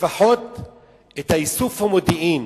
לפחות את איסוף המודיעין,